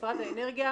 משרד האנרגיה.